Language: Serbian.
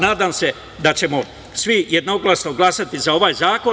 Nadam se da ćemo svi jednoglasno glasati za ovaj zakon.